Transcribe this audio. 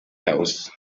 house